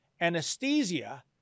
anesthesia